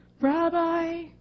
Rabbi